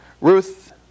Ruth